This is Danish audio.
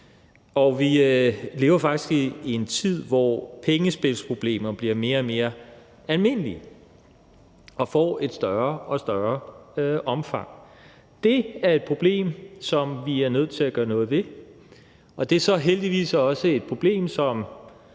Vi lever faktisk i en tid, hvor pengespilsproblemer bliver mere og mere almindelige og får et større og større omfang. Det er et problem, som vi er nødt til at gøre noget ved, og det er så heldigvis også et problem, som